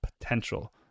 potential